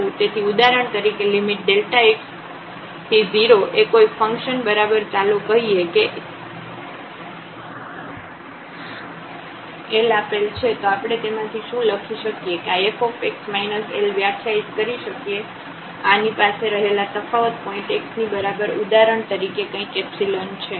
તેથી ઉદાહરણ તરીકે x→0 એ કોઈ ફંકશન બરાબર ચાલો કહીએ કે L આપેલ છે તો આપણે તેમાંથી શું લખી શકીએ કે આ fx L વ્યાખ્યાયિત કરી શકીએ આ ની પાસે રહેલા તફાવત પોઇન્ટ x ની બરાબર ઉદાહરણ તરીકે કંઈક છે